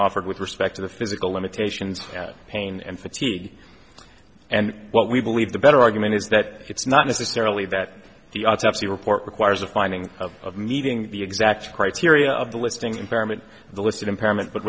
offered with respect to the physical limitations pain and fatigue and what we believe the better argument is that it's not necessarily that the autopsy report requires a finding of meeting the exact criteria of the listing impairment the list of impairment but